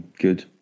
Good